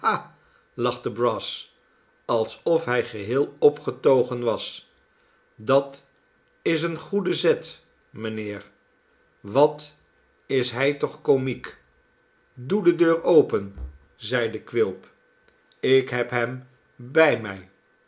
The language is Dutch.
lachte brass alsof hij geheel opgetogen was dat is een goede zet mijnheer wat is hij toch komiekl doe de deur open zeide quilp ik heb hem bij mij